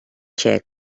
txec